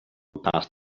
past